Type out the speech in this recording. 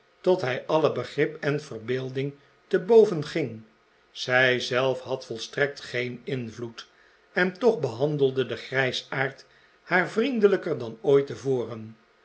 tot hij alle begrip en verbeelding te boven ging zij zelf had volstrekt geen invloed en toch behandelde de grijsaard haar vriendelijker dan ooit tevoren